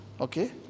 Okay